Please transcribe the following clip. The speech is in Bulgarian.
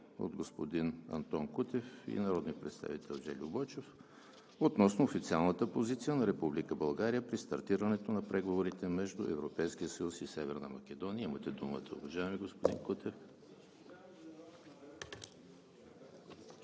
от господин Антон Кутев и от народния представител Жельо Бойчев относно официалната позиция на Република България при стартирането на преговорите между Европейския съюз и Северна Македония. Имате думата, уважаеми господин Кутев.